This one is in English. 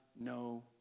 no